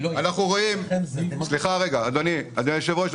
אדוני היושב-ראש,